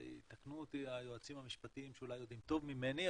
ויתקנו אותי היועצים המשפטיים שאולי יודעים טוב ממני,